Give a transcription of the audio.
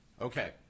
Okay